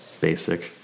basic